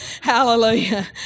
Hallelujah